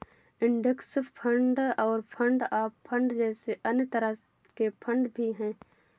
index fund और fund of fund जैसे अन्य तरह के फण्ड भी हैं